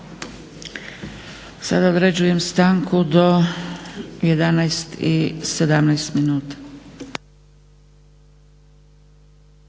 Sada određujem stanku do 11,17 minuta.